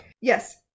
Yes